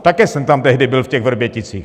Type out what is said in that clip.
Také jsem tam tehdy byl v těch Vrběticích.